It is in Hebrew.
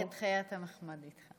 את חיית המחמד איתך.